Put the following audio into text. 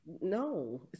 No